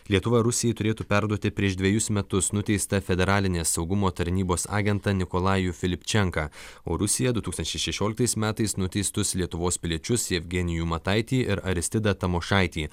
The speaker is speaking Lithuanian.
lietuva rusijai turėtų perduoti prieš dvejus metus nuteistą federalinės saugumo tarnybos agentą nikolajų filpčenką o rusija du tūkstančiai šešioliktais metais nuteistus lietuvos piliečius jevgenijų mataitį ir aristidą tamošaitį